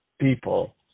people